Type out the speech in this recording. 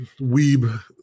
weeb